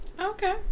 okay